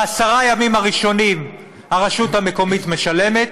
בעשרת הימים הראשונים הרשות המקומית משלמת,